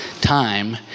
Time